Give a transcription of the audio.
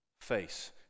face